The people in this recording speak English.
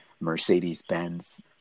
Mercedes-Benz